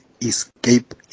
escape